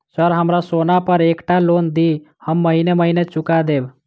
Sir हमरा सोना पर एकटा लोन दिऽ हम महीने महीने चुका देब?